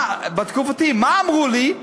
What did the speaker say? בתקופתי, מה אמרו לי?